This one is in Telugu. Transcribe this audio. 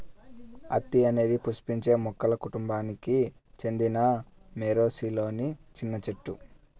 అత్తి అనేది పుష్పించే మొక్కల కుటుంబానికి చెందిన మోరేసిలోని చిన్న చెట్టు